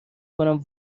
کنم